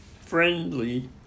friendly